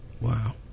wow